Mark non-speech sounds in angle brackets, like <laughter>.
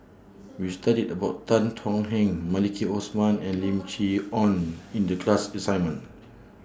We studied about Tan Thuan Heng Maliki Osman <noise> and Lim Chee Onn in The class assignment